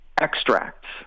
extracts